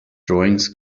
drawings